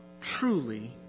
truly